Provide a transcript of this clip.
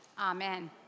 Amen